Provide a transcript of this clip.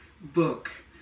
book